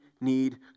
need